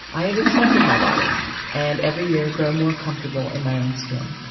i have accepted my body and every year grow more comfortable in my own skin.